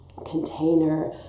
Container